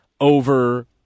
over